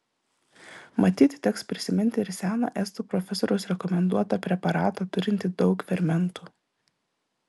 matyt teks prisiminti ir seną estų profesoriaus rekomenduotą preparatą turintį daug fermentų